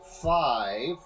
five